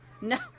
no